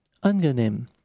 Angenehm